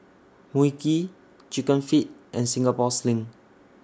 Mui Kee Chicken Feet and Singapore Sling